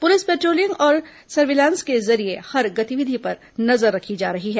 police patrolling और surveillance के जरिये हर गतिविधि पर नजर रखी जा रही है